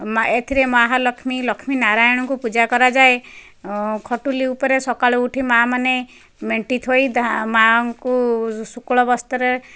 ମା' ଏଥିରେ ମହାଲକ୍ଷ୍ମୀ ଲକ୍ଷ୍ମୀ ନାରାୟଣଙ୍କୁ ପୂଜା କରାଯାଏ ଖଟୁଲି ଉପରେ ସକାଳୁ ଉଠି ମା' ମନେ ମେଣ୍ଟି ଥୋଇ ମା'ଙ୍କୁ ଶୁକ୍ଳ ବସ୍ତ୍ରରେ